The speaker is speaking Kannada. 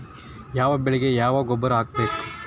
ಯಾವ ಬೆಳಿಗೆ ಯಾವ ಗೊಬ್ಬರ ಹಾಕ್ಬೇಕ್?